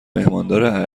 میهماندار